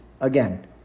again